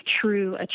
true